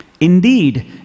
Indeed